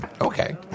Okay